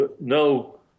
no